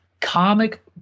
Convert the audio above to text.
comic